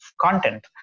content